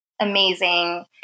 amazing